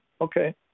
Okay